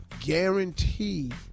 guaranteed